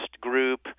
group